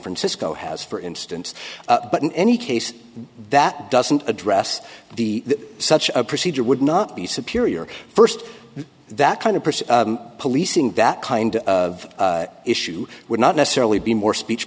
francisco has for instance but in any case that doesn't address the such a procedure would not be superior first that kind of policing that kind of issue would not necessarily be more speech